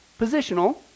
positional